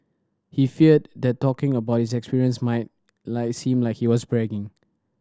he feared that talking about his experiences might like seem like he was bragging